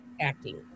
acting